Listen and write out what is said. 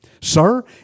sir